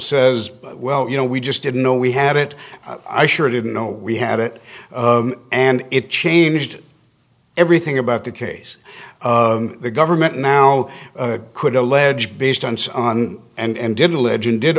says well you know we just didn't know we had it i sure didn't know we had it and it changed everything about the case of the government now could allege based on so on and did a legend did